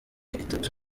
itatu